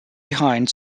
behind